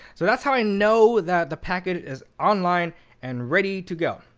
so that's how i know that the packet is online and ready to go.